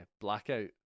Blackout